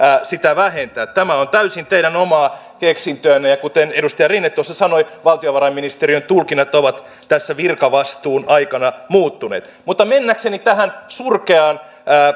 sitä vähentää tämä on täysin teidän omaa keksintöänne ja kuten edustaja rinne sanoi valtiovarainministeriön tulkinnat ovat virkavastuun aikana muuttuneet mutta mennäkseni tähän surkeaan